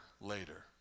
later